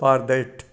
for that